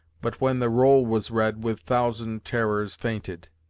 but when the roll was read, with thousand terrors fainted.